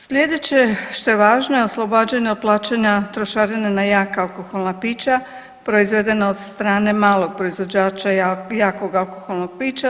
Sljedeće što je važno je oslobađanje od plaćanja trošarina na jaka alkoholna pića proizvedena od strane malog proizvođača jakog alkoholnog pića.